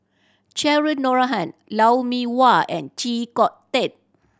Cheryl Noronha Lou Mee Wah and Chee Kong Tet